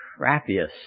crappiest